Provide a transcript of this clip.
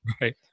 Right